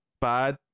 bad